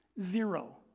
Zero